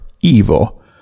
evil